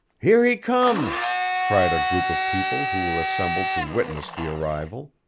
here he comes cried a group of people who were assembled to witness the arrival.